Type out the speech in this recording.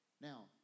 Now